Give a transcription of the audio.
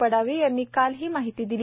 पाडवी यांनी काल ही माहिती दिली